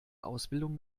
ausbildung